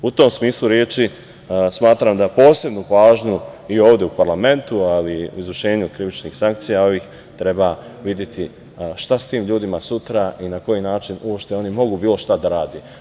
U tom smislu reči smatram da posebnu pažnju i ovde u parlamentu, ali i izvršenju krivičnih sankcija treba videti šta s tim ljudima sutra i na koji način uopšte oni mogu bilo šta da rade.